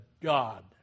God